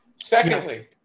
Secondly